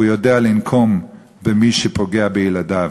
והוא יודע לנקום במי שפוגע בילדיו,